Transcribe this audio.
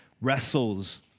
wrestles